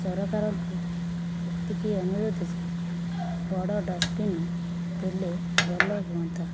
ସରକାରଙ୍କୁ ଏତିକି ଅନୁରୋଧ ଯେ ବଡ଼ ଡଷ୍ଟବିନ ଦେଲେ ଭଲ ହୁଅନ୍ତା